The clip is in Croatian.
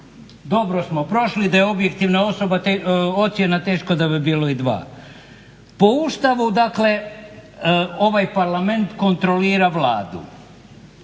dobro smo prošli. Da je objektivan ocjena teško da bi bilo i 2. Po Ustavu dakle, ovaj Parlament kontrolira Vladu,